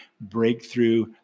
breakthrough